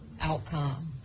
outcome